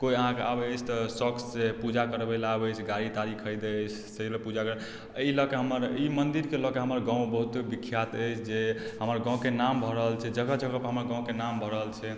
कोइ अहाँके आबय अछि तऽ सओखसँ पूजा करबय लए आबय अछि गाड़ी ताड़ी खरीदे अछि तै लए पूजा अइ लऽके हमर ई मन्दिरके लअके हमर गाँव बहुत विख्यात अछि जे हमर गाँवके नाम भऽ रहल छै जगह जगह पर हमर गाँवके नाम भऽ रहल छै